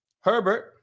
Herbert